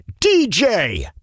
DJ